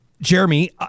Jeremy